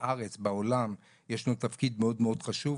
בארץ ובעולם יש להם תפקיד מאוד מאוד חשוב.